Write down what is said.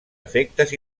efectes